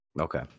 Okay